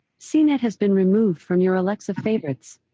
cnet has been removed from your alexa favorites.